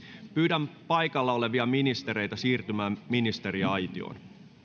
pyydän paikalla olevia ministereitä siirtymään ministeriaitioon